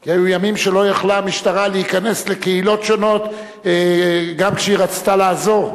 כי היו ימים שלא יכלה המשטרה להיכנס לקהילות שונות גם כשהיא רצתה לעזור.